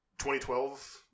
2012